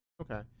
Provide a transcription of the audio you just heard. Okay